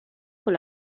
con